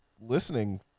listening